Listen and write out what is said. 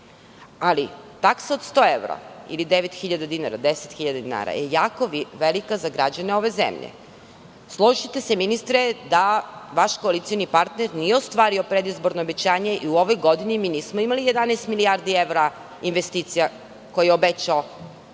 Ali, taksa od 100 evra ili 9.000 dinara, 10.000 dinara je jako velika za građane ove zemlje. Složićete se, ministre, da vaš koalicioni partner nije ostvario predizborno obećanje i u ovoj godini mi nismo imali 11 milijardi evra investicija koje je obećala